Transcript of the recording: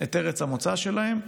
את ארץ המוצא שלהם,